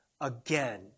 Again